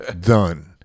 Done